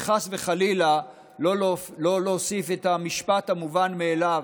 וחס וחלילה לא להוסיף את המשפט המובן מאליו,